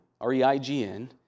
R-E-I-G-N